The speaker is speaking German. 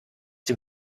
dem